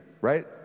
right